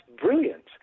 brilliant